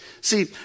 See